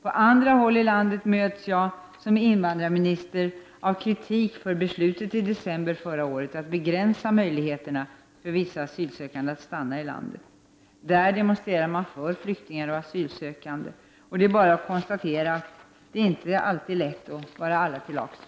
På andra håll i landet möts jag som invandrarminister av kritik för beslutet i december förra året att begränsa möjligheterna för vissa asylsökande att stanna i landet. Där demonstrerar man för flyktingar och asylsökande. Det är bara att konstatera att det inte är lätt att vara alla till lags.